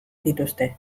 dituzte